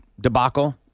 debacle